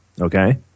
okay